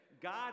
God